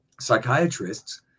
psychiatrists